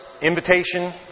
invitation